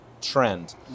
trend